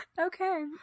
okay